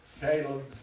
caleb